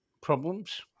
problems